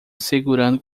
segurando